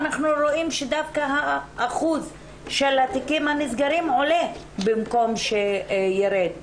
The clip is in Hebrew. אנחנו רואים שדווקא אחוז התיקים הנסגרים עולה במקום שירד,